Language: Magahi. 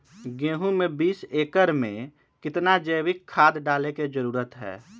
गेंहू में बीस एकर में कितना जैविक खाद डाले के जरूरत है?